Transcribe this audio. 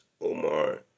Omar